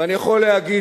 ואני יכול להגיד,